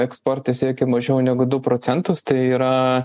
eksporte siekia mažiau negu du procentus tai yra